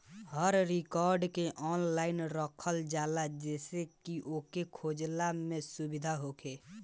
हर record के online रखल जाला जेसे की ओके खोजला में सुबिधा होखे